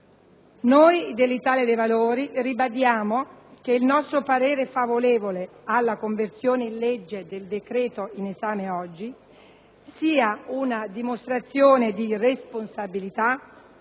Noi dell'Italia dei Valori ribadiamo che il nostro parere favorevole alla conversione in legge del decreto in esame è una dimostrazione di responsabilità,